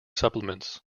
supplements